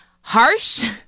harsh